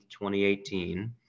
2018